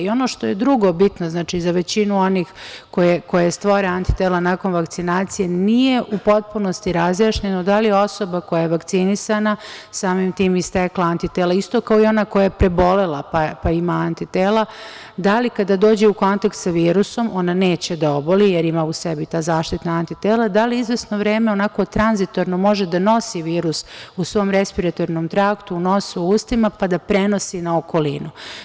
Ono što je drugo bitno za većinu onih koji stvore antitela nakon vakcinacije, nije u potpunosti razjašnjeno da li je osoba koja je vakcinisana samim tim i stekla antitela, isto kao i ona koja je prebolela, pa ima antitela, da li kada dođe u kontakt sa virusom ona neće da oboli jer ima u sebi ta zaštitna antitela, da li izvesno vreme onako tranzitorno može da nosi virus u svom respiratornom traktu, u nosu i ustima, pa da prenosi na okolinu.